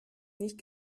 nicht